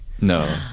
No